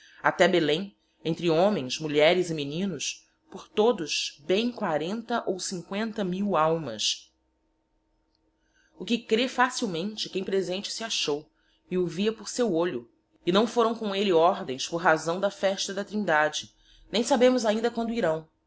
até belem entre homens mulheres e meninos por todos bem quarenta ou cincoenta mil almas o que crê facilmente quem presente se achou e o via por seu olho e naõ foraõ com elle ordens por rasaõ da festa da trindade nem sabemos ainda quando iraõ